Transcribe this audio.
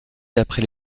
d’après